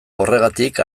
horregatik